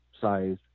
size